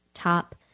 top